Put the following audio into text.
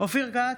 אופיר כץ,